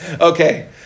Okay